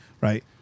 right